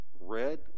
red